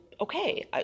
okay